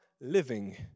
living